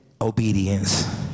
obedience